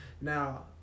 now